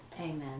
Amen